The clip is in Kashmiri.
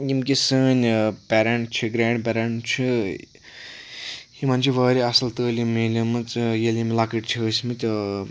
یِم تہِ سٲنۍ پیرنٛٹ چھِ گریٚنٛڈ پیرنٛٹ چھِ یِمَن چھِ واریاہ اَصل تعلیٖم ملے مٕژ ییٚلہِ یِم لۄکٕٹ چھِ ٲسۍ مٕتۍ